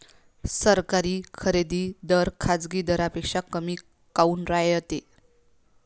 सरकारी खरेदी दर खाजगी दरापेक्षा कमी काऊन रायते?